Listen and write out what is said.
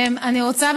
אני רוצה,